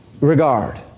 regard